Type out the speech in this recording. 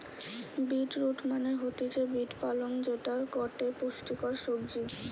bit root মানে হতিছে beet পালং যেটা গটে পুষ্টিকর সবজি